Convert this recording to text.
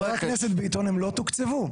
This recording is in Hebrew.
חבר הכנסת ביטון הם לא תוקצבו.